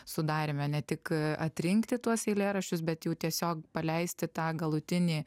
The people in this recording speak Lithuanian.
sudaryme ne tik atrinkti tuos eilėraščius bet jų tiesiog paleisti tą galutinį